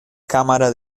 cámara